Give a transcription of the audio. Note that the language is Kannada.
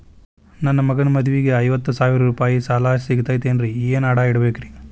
ನನ್ನ ಮಗನ ಮದುವಿಗೆ ಐವತ್ತು ಸಾವಿರ ರೂಪಾಯಿ ಸಾಲ ಸಿಗತೈತೇನ್ರೇ ಏನ್ ಅಡ ಇಡಬೇಕ್ರಿ?